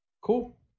Cool